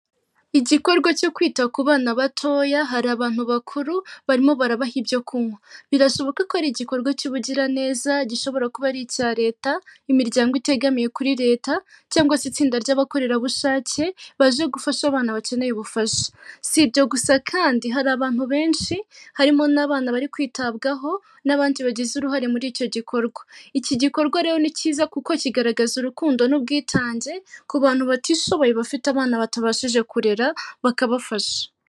Igikorwa cyo kwita ku bana batoya hari abantu bakuru barimo barabaha ibyo kunywa birashoboka ko ari igikorwa cy'ubugiraneza gishobora kuba ari icya leta cyangwa imiryango itegamiye kuri leta cyangwa se itsinda ry'abakorerabushake baje gufasha abana bakeneye ubufasha. Si ibyo gusa kandi hari abantu benshi harimo n'abana bari kwitabwaho n'abandi bagize uruhare muri icyo gikorwa, icyo gikorwa rero ni cyiza kuko kigaragaza urukundo n'ubwitange ku bantu batishoboye bafite abana batabashije kurera bakabafasha.